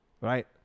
Right